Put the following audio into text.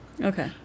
Okay